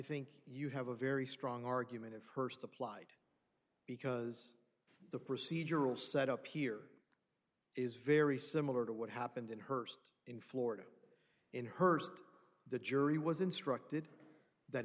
think you have a very strong argument of hearst applied because the procedural set up here is very similar to what happened in hurst in florida in her st the jury was instructed that